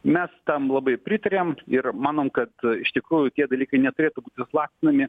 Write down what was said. mes tam labai pritariam ir manom kad iš tikrųjų tie dalykai neturėtų būti platinami